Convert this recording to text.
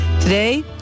Today